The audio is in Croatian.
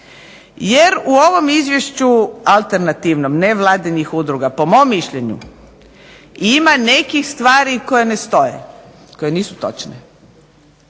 Jer u ovom izvješću alternativnom nevladinih udruga po mom mišljenju ima nekih stvari koje ne stoje, koje nisu točne,